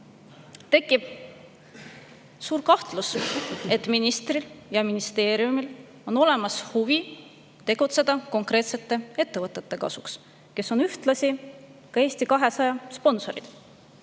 tekib suur kahtlus, et ministril ja ministeeriumil on huvi tegutseda konkreetsete ettevõtete kasuks, kes on ühtlasi Eesti 200 sponsorid.